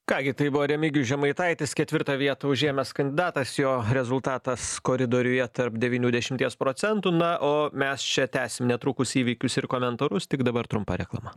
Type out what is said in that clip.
ką gi tai buvo remigijus žemaitaitis ketvirtą vietą užėmęs kandidatas jo rezultatas koridoriuje tarp devynių dešimties procentų na o mes čia tęsim netrukus įvykius ir komentarus tik dabar trumpa reklama